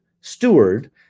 steward